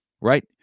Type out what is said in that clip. right